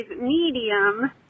medium